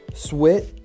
Sweat